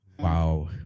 Wow